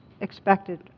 expected